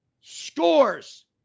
scores